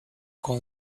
con